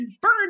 burn